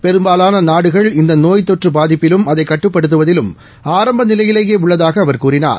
பெரும்பாலான நாடுகள் இந்த நோய்த்தொற்று பாதிப்பிலும் அதை கட்டுப்படுத்துவதிலும் ஆரம்ப நிலையிலேயே உள்ளதாக அவர் கூறினார்